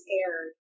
aired